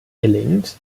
gelingt